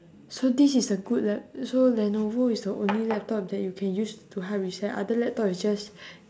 so this is a good lap~ so lenovo is the only laptop that you can use to hard reset other laptop is just